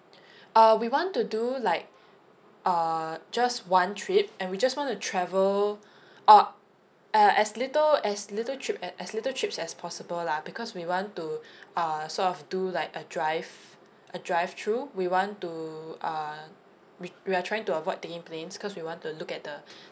uh we want to do like uh just one trip and we just want to travel uh uh as little as little trip a~ as little trips as possible lah because we want to err sort of do like a drive a drive through we want to uh we we are trying to avoid taking planes cause we want to look at the